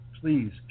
please